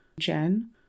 jen